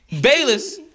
Bayless